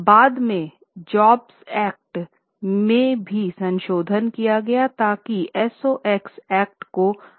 बाद में JOBS Act में भी संशोधन किया गया ताकि SOX एक्ट को बदला जा सके